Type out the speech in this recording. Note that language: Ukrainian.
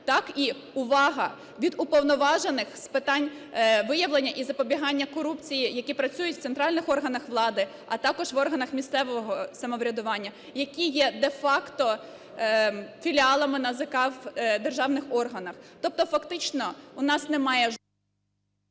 так і – увага! – від уповноважених з питань виявлення і запобігання корупції, які працюють в центральних органах влади, а також в органах місцевого самоврядування, які є де-факто філіалами НАЗК в державних органах. Тобто фактично у нас немає…